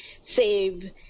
save